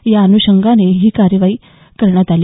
या अनुषंगाने ही कार्यवाही करण्यात आली